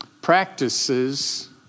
Practices